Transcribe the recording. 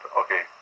okay